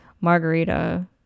margarita